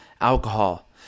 alcohol